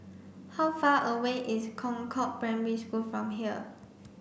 how far away is Concord Primary School from here